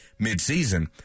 midseason